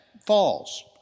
falls